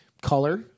color